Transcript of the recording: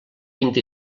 vint